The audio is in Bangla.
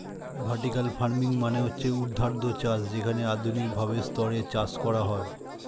ভার্টিকাল ফার্মিং মানে হচ্ছে ঊর্ধ্বাধ চাষ যেখানে আধুনিক ভাবে স্তরে চাষ করা হয়